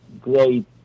great